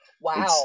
Wow